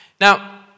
Now